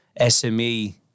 SME